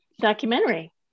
Documentary